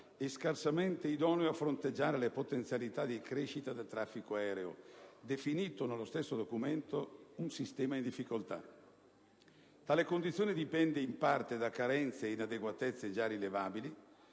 e scarsamente idoneo a fronteggiare le potenzialità di crescita del traffico aereo, definito nello stesso documento conclusivo un sistema in difficoltà. Tale condizione dipende, in parte, da carenze ed inadeguatezze già rilevabili,